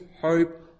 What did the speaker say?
hope